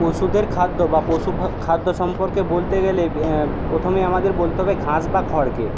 পশুদের খাদ্য বা পশু খাদ্য সম্পর্কে বলতে গেলে প্রথমে আমাদের বলতে হবে ঘাঁস বা খড়কে